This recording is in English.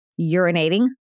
urinating